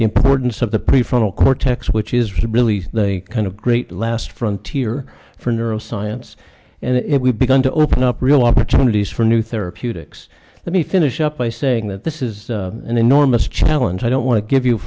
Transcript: the importance of the prefrontal cortex which is really a kind of great last frontier for neuroscience and it we've begun to open up real opportunities for new therapeutics let me finish up by saying that this is an enormous challenge i don't want to give you